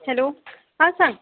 hello आं सांग